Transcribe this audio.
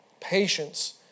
patience